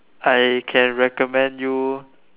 I can recommend you